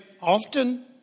often